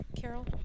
Carol